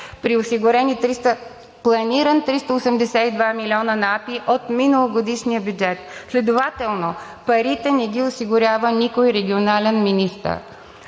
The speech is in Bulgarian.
бюджет, при планиран 382 милиона на АПИ от миналогодишния бюджет. Следователно парите не ги осигурява никой регионален министър,